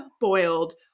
boiled